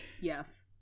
Yes